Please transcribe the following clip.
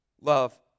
love